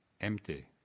empty